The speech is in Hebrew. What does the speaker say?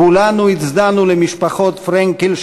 כולנו הצדענו למשפחות פרנקל,